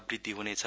वृद्धि ह्नेछ